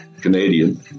Canadian